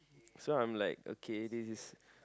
so I'm like okay this is